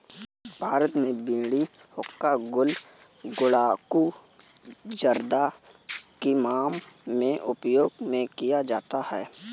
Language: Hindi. भारत में बीड़ी हुक्का गुल गुड़ाकु जर्दा किमाम में उपयोग में किया जाता है